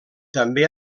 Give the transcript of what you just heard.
també